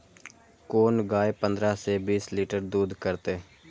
कोन गाय पंद्रह से बीस लीटर दूध करते?